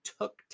took